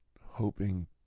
hoping